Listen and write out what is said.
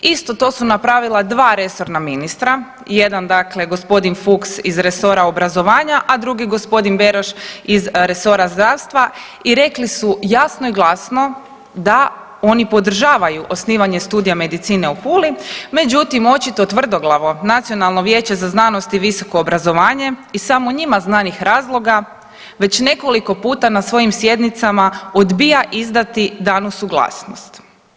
Isto to su napravila dva resorna ministra jedan dakle gospodin Fuchs iz resora obrazovanja, a drugi gospodin Beroš iz resora zdravstva i rekli su jasno i glasno da oni podržavaju osnivanje studija medicine u Puli, međutim očito tvrdoglavo Nacionalno vijeće za znanost i visoko obrazovanje iz samo njima znanih razloga već nekoliko puta na svojim sjednicama odbija izdati danu suglasnost.